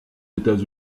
états